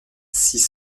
six